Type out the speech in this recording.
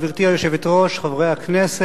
גברתי היושבת-ראש, תודה, חברי הכנסת,